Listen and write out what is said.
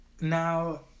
now